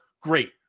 great